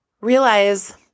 realize